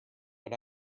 but